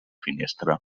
finestra